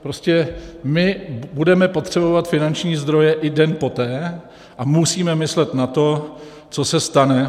Prostě my budeme potřebovat finanční zdroje i den poté a musíme myslet na to, co se stane.